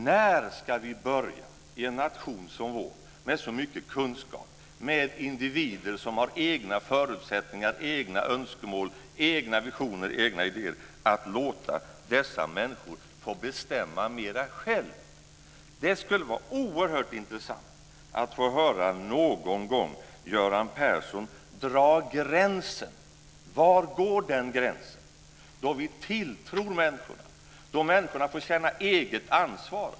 När ska vi i en nation som vår, med så mycket kunskap, med individer som har egna förutsättningar, egna önskemål, egna visioner och egna idéer, börja låta dessa människor bestämma mera själva? Det skulle vara oerhört intressant att någon gång få höra Göran Persson dra gränsen för tilltron till människorna att få känna eget ansvar.